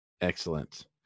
Excellent